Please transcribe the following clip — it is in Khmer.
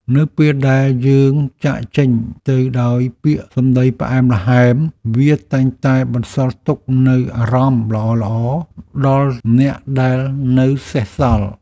នៅពេលដែលយើងចាកចេញទៅដោយពាក្យសម្តីផ្អែមល្ហែមវាតែងតែបន្សល់ទុកនូវអារម្មណ៍ល្អៗដល់អ្នកដែលនៅសេសសល់។